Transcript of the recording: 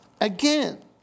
again